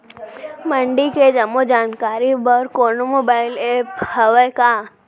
मंडी के जम्मो जानकारी बर कोनो मोबाइल ऐप्प हवय का?